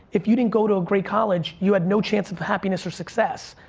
if you didn't go to a great college, you had no chance of happiness or success.